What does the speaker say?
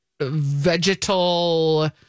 vegetal